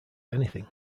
anything